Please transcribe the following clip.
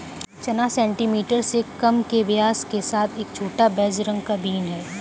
चना सेंटीमीटर से कम के व्यास के साथ एक छोटा, बेज रंग का बीन है